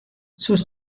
sus